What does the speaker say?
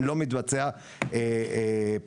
לא מתבצע פיקוח.